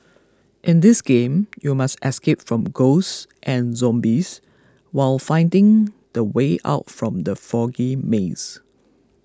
in this game you must escape from ghosts and zombies while finding the way out from the foggy maze